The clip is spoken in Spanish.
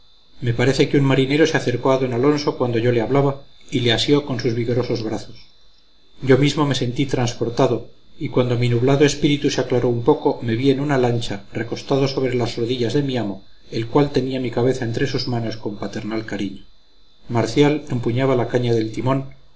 me parece que un marinero se acercó a d alonso cuando yo le hablaba y le asió con sus vigorosos brazos yo mismo me sentí transportado y cuando mi nublado espíritu se aclaró un poco me vi en una lancha recostado sobre las rodillas de mi amo el cual tenía mi cabeza entre sus manos con paternal cariño marcial empuñaba la caña del timón